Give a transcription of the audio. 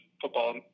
football